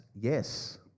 yes